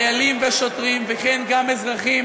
חיילים ושוטרים וכן גם אזרחים,